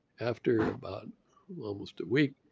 after about almost a week,